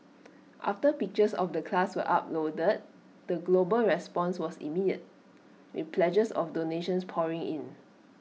after pictures of the class were uploaded the global response was immediate with pledges of donations pouring in